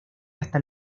hasta